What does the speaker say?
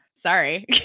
sorry